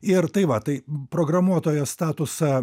ir tai va tai programuotojo statusą